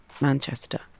Manchester